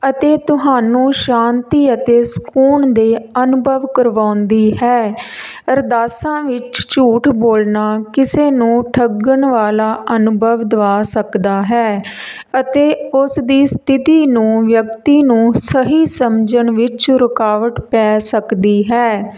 ਅਤੇ ਤੁਹਾਨੂੰ ਸ਼ਾਂਤੀ ਅਤੇ ਸਕੂਨ ਦੇ ਅਨੁਭਵ ਕਰਵਾਉਂਦੀ ਹੈ ਅਰਦਾਸਾਂ ਵਿੱਚ ਝੂਠ ਬੋਲਣਾ ਕਿਸੇ ਨੂੰ ਠੱਗਣ ਵਾਲਾ ਅਨੁਭਵ ਦਵਾ ਸਕਦਾ ਹੈ ਅਤੇ ਉਸ ਦੀ ਸਥਿਤੀ ਨੂੰ ਵਿਅਕਤੀ ਨੂੰ ਸਹੀ ਸਮਝਣ ਵਿੱਚ ਰੁਕਾਵਟ ਪੈ ਸਕਦੀ ਹੈ